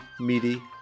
meaty